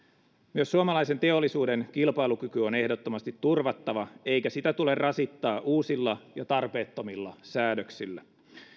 myös suomalaisen teollisuuden kilpailukyky on ehdottomasti turvattava eikä sitä tule rasittaa uusilla ja tarpeettomilla säädöksillä